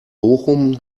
bochum